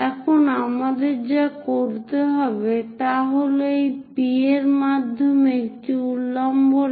এখন আমাদের যা করতে হবে তা হল এই P এর মাধ্যমে একটি উল্লম্ব রেখা আঁকুন